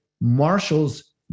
marshals